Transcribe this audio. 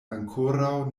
ankoraŭ